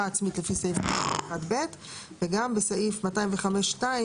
עצמית לפי סעיף 41(ב)"; (33ב)בסעיף 205(2),